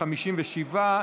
57,